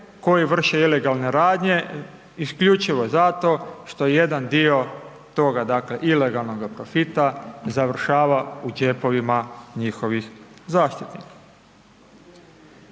koji vrše ilegalne radnje isključivo zato što jedan dio toga, dakle ilegalnoga profita završava u džepovima njihovih zastupnika.